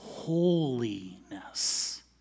holiness